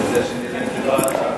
אני מציע שנעביר לוועדה.